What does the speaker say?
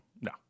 No